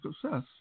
success